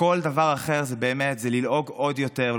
וכל דבר אחר זה באמת ללעוג עוד יותר,